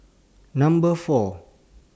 Number four